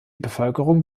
bevölkerung